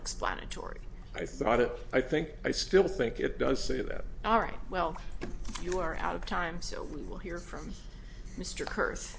explanatory i thought it i think i still think it does say that all right well you are out of time so we will hear from mr cur